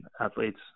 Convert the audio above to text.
athletes